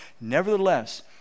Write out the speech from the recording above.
nevertheless